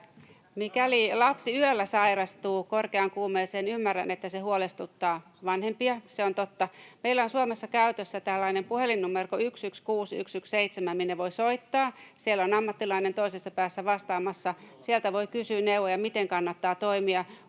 Mikäli lapsi yöllä sairastuu korkeaan kuumeeseen — ymmärrän, että se huolestuttaa vanhempia, se on totta — meillä on Suomessa käytössä tällainen puhelinnumero kuin 116 117, minne voi soittaa. Siellä on ammattilainen toisessa päässä vastaamassa. Sieltä voi kysyä neuvoja, miten kannattaa toimia,